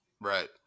Right